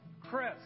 Chris